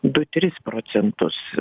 du tris procentus